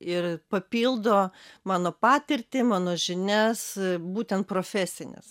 ir papildo mano patirtį mano žinias būtent profesines